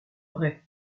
vrai